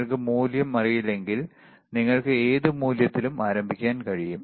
നിങ്ങൾക്ക് മൂല്യം അറിയില്ലെങ്കിൽ നിങ്ങൾക്ക് ഏത് മൂല്യത്തിലും ആരംഭിക്കാൻ കഴിയും